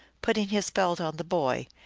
putting his belt on the boy,